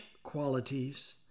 qualities